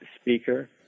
speaker